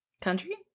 Country